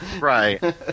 Right